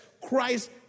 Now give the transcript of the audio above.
Christ